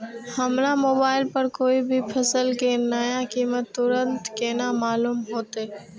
हमरा मोबाइल पर कोई भी फसल के नया कीमत तुरंत केना मालूम होते?